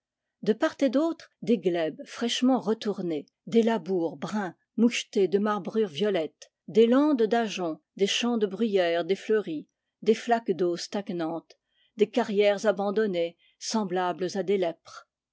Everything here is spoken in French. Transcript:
de part et d'au tre des glèbes fraîchement retournées des labours bruns mouchetés de marbrures violettes des landes d'ajoncs des champs de bruyères défleuries des flaques d'eau stagnante des carrières abandonnées semblables à des lèpres